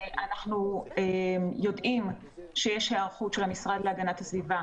אנחנו יודעים שיש היערכות של המשרד להגנת הסביבה